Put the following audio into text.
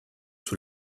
sous